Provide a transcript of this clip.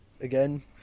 again